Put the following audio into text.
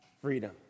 freedom